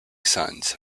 sons